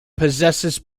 possesses